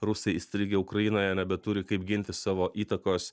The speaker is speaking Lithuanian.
rusai įstrigę ukrainoje nebeturi kaip gintis savo įtakos